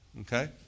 Okay